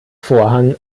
vorhang